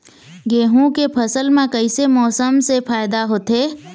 गेहूं के फसल म कइसे मौसम से फायदा होथे?